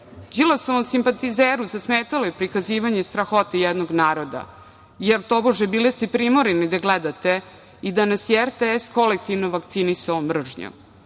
filma. Đilasovom simpatizeru zasmetalo je prikazivanje strahote jednog naroda, jer tobože bili ste primorani da gledate i da nas je RTS kolektivno vakcinisao